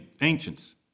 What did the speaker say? ancients